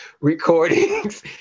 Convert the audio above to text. recordings